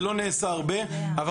זה לא נעשה הרבה, אבל